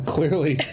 Clearly